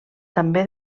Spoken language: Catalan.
també